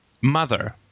mother